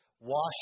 Wash